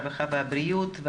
הרווחה והבריאות.